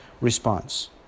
response